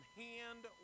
hand